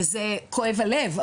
וזה כואב הלב,